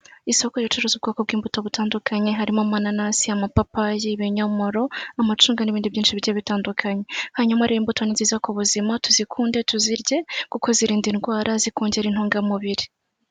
Isoko ricuruza ubwoko bw'imbuto butandukanye harimo amananasi, amapapayi, ibinyomoro, amacunga n'ibindi byinshi bigiye bitandukanye, hanyuma rero imbuto ni nziza ku buzima tuzikunde tuzirye kuko zirinda indwara zikongera intungamubiri.